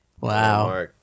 Wow